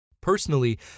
Personally